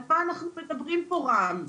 על מה אנחנו מדברים פה רם.